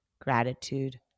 gratitude